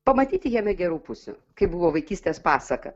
pamatyti jame gerų pusių kai buvo vaikystės pasaka